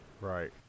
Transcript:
right